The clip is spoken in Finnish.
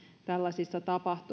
tällaisissa